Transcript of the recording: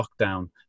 lockdown